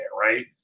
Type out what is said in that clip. Right